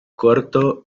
corto